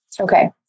Okay